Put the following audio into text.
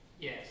Yes